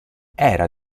era